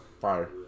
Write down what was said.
fire